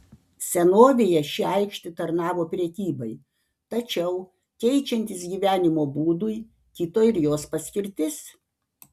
senovėje ši aikštė tarnavo prekybai tačiau keičiantis gyvenimo būdui kito ir jos paskirtis